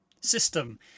system